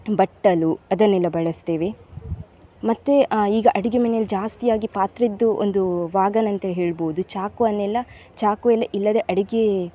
ಬಟ್ಟಲು ಅದನ್ನೆಲ್ಲ ಬಳಸ್ತೇವೆ ಮತ್ತೆ ಈಗ ಅಡಿಗೆ ಮನೆಯಲ್ಲಿ ಜಾಸ್ತಿಯಾಗಿ ಪಾತ್ರೆಯದ್ದು ಒಂದು ವಾಗನ್ ಅಂತ ಹೇಳ್ಬೋದು ಚಾಕುವನ್ನೆಲ್ಲ ಚಾಕುವೆಲ್ಲ ಇಲ್ಲದೆ ಅಡಿಗೆ